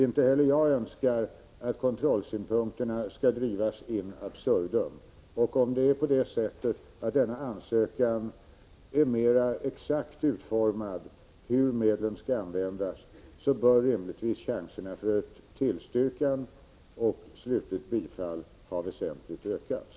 Inte heller jag önskar att kontrollsynpunkterna skall drivas in absurdum. Om denna ansökan är mera exakt utformad angående hur medlen skall användas bör rimligtvis chanserna för tillstyrkan och slutligt bifall ha väsentligt ökats.